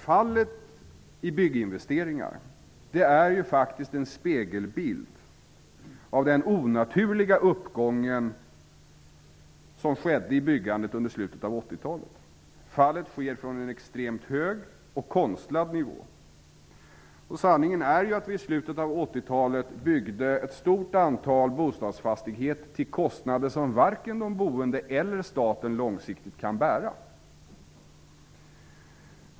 Fallet i bygginvesteringar är en spegelbild av den onaturliga uppgång som skedde i byggandet under slutet av 1980-talet. Fallet sker från en extremt hög och konstlad nivå. I slutet av 1980-talet byggde vi ett stort antal bostadsfastigheter till kostnader som varken de boende eller staten långsiktigt kan bära.